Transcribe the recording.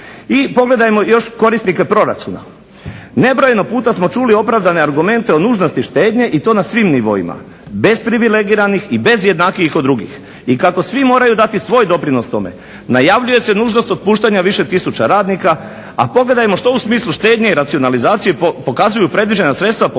I pogledajmo još korisnike proračuna. Nebrojeno puta smo čuli opravdane argumente o nužnosti štednje i to na svim nivoima, bez privilegiranih i bez jednakijih od drugih i kako svi moraju dati svoj doprinos tome. Najavljuje se nužnost otpuštanja više tisuća radnika, a pogledajmo što u smislu štednje i racionalizacije pokazuju predviđena sredstva po pojedinim